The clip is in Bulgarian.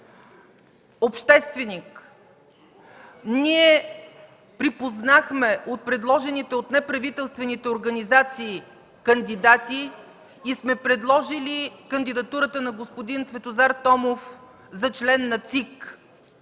общественик. Ние припознахме предложените от неправителствените организации кандидати и сме предложили кандидатурата на господин Цветозар Томов за член на ЦИК.